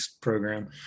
program